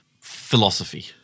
philosophy